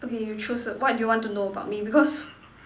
okay you choose ah what do you want to know about me because